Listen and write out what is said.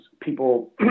people –